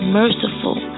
merciful